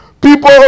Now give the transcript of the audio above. People